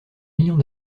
millions